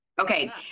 Okay